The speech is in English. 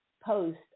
post